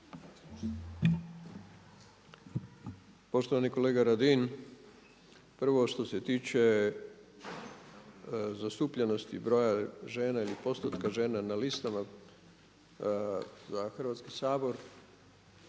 Poštovani kolega Radin, prvo što se tiče zastupljenosti broja žena ili postotka žena na listama za Hrvatski sabor